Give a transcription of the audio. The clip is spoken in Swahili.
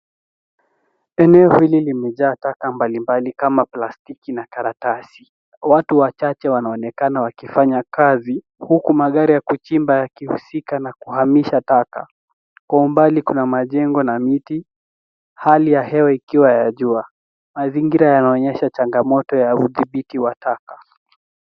Eneo hili limejaa taka mbali mbali kama plastiki na karatasi. Watu wachache wanaonekana wakifanya kazi, huku magari ya kuchimba yakihusika na kuhamisha taka. Kwa umbali kuna majengo na miti, hali ya hewa ikiwa ya jua. Mazingira yanaonyesha changamoto ya udhibiti wa taka.